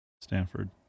Stanford